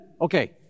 okay